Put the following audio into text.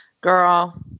Girl